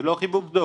זה לא חיבוק דב,